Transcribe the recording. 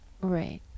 Right